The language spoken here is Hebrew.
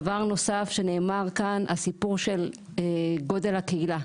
דבר נוסף שנאמר כאן, הסיפור הוא של גודל הקהילה.